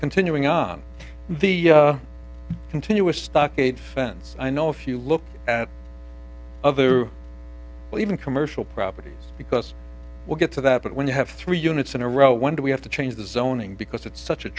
continuing on the continuous stockade fence i know if you look at even commercial property because we'll get to that but when you have three units in a row when we have to change the zoning because it's such a